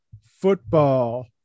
football